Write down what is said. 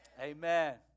Amen